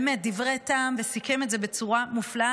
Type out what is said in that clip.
באמת דברי טעם וסיכם את זה בצורה מופלאה.